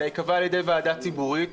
אלא ייקבע על ידי ועדה ציבורית.